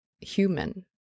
human